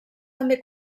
també